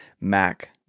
MAC